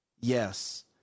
yes